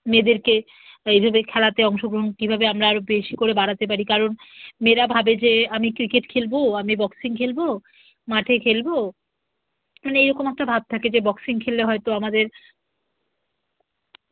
মেয়েদেরকে এই যদি খেলাতে অংশগ্রহণ কীভাবে আমরা আরো বেশি করে বাড়াতে পারি কারণ মেয়েরা ভাবে যে আমি ক্রিকেট খেলবো আমি বক্সিং খেলবো মাঠে খেলবো মানে এই রকম একটা ভাব থাকে যে বক্সিং খেললে হয়তো আমাদের